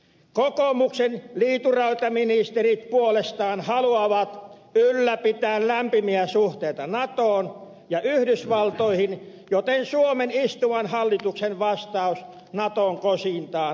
kokoomuksen liituraitaministerit puolestaan haluavat ylläpitää lämpimiä suhteita natoon ja yhdysvaltoihin joten suomen istuvan hallituksen vastaus naton kosintaan on innokas kyllä